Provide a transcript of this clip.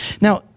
Now